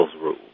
rules